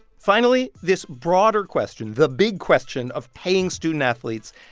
finally, this broader question, the big question of paying student athletes,